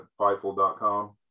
fightful.com